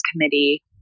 committee